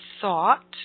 thought